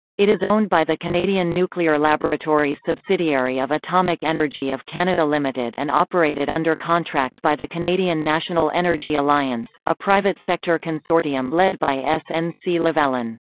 it is owned by the canadian nuclear laboratories subsidiary of atomic energy of canada limited and operated under contract by the canadian national energy alliance, a private-sector consortium led by and snc-lavalin.